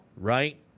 Right